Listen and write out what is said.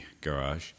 garage